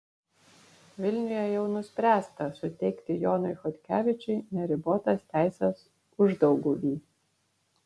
vilniuje jau nuspręsta suteikti jonui chodkevičiui neribotas teises uždauguvy